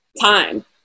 time